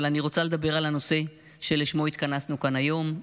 אבל אני רוצה לדבר על הנושא שלשמו התכנסנו כאן היום,